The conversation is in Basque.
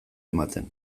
ematen